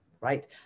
right